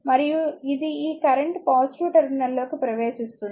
మరియు ఇది ఈ కరెంట్ పాజిటివ్ టెర్మినల్లోకి ప్రవేశిస్తుంది